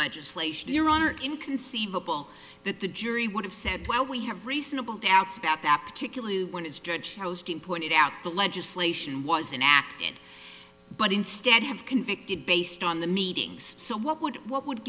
legislation your honor inconceivable that the jury would have said well we have reasonable doubts about that particularly when it's judge pointed out the legislation was inaccurate but instead have convicted based on the meetings so what would what would